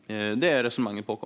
Det är resonemanget bakom.